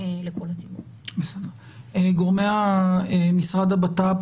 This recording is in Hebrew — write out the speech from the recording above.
דובר פה על פאנג'ויה, משחקי כדורגל,